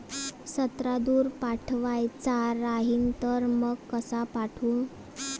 संत्रा दूर पाठवायचा राहिन तर मंग कस पाठवू?